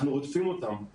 אנחנו רודפים אותם,